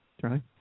Charlie